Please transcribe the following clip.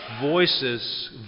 voices